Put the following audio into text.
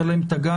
אבל הן תגענה.